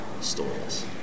stories